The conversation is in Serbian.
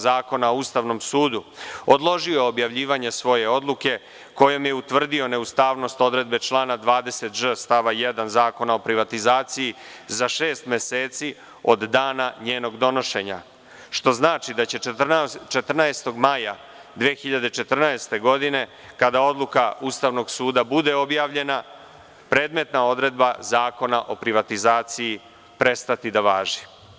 Zakona o Ustavnom sudu, odložio objavljivanje svoje odluke kojom je utvrdio neustavnost odredbe člana 20ž stava 1. Zakona o privatizaciji za šest meseci od dana njenog donošenja, što znači da će 14. maja 2014. godine, kada odluka Ustavnog suda bude objavljena, predmetna odredba Zakona o privatizaciji prestati da važi.